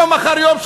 יום אחר יום,